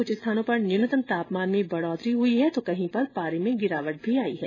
कुछ स्थानों पर न्यूनतम तापमान में बढ़ोतरी हुई है तो कहीं पर पारे में गिरावट भी आई है